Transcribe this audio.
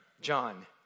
John